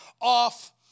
off